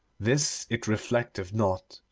this it reflecteth not,